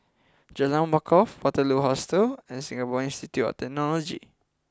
Jalan Wakaff Waterloo Hostel and Singapore Institute of Technology